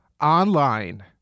online